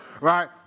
Right